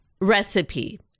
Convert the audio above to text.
recipe